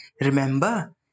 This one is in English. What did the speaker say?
Remember